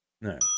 No